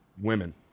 Women